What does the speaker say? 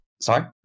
Sorry